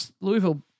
Louisville